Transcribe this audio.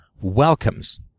welcomes